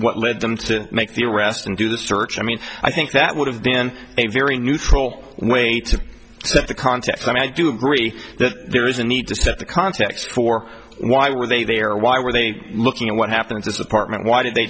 what led them to make the arrest and do the search i mean i think that would have been a very neutral way to set the context i do agree that there is a need to set the context for why were they there why were they looking at what happened this apartment why did they